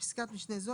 (בפסקת משנה זו,